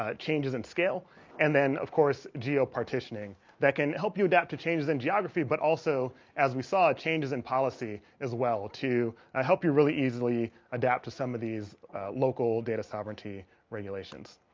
ah changes in scale and then of course geo partitioning that can help you adapt to changes in geography but also as we saw a changes in policy as well to ah help you really easily adapt to some of these local data sovereignty regulations